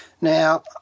Now